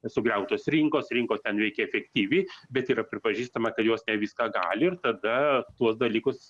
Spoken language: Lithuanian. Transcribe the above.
sugriautos rinkos rinkos ten veikia efektyvi bet yra pripažįstama kad jos ne viską gali ir tada tuos dalykus